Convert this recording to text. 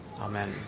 Amen